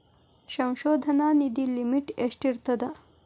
ಸಂಶೋಧನಾ ನಿಧಿ ಲಿಮಿಟ್ ಎಷ್ಟಿರ್ಥದ